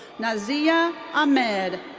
naziya ahmed.